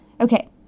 Okay